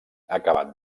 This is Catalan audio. acabat